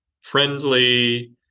friendly